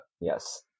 yes